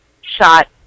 shot